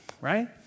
right